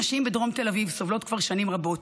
הנשים בדרום תל אביב סובלות כבר שנים רבות.